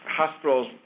hospitals